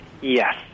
Yes